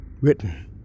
written